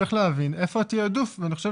צריך להבין איפה התיעדוף ואני חושב